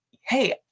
hey